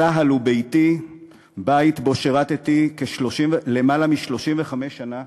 צה"ל הוא ביתי, בית שבו שירתי למעלה מ-35 שנה.